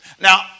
Now